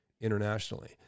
internationally